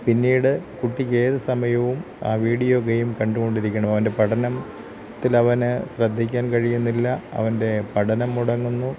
പിന്നീട് കുട്ടിക്ക് ഏത് സമയവും ആ വീഡിയോ ഗെയ്മ് കണ്ടുകൊണ്ടിരിക്കണം അവൻ്റെ പഠനത്തിൽ അവന് ശ്രദ്ധിക്കാൻ കഴിയുന്നില്ല അവൻ്റെ പഠനം മുടങ്ങുന്നു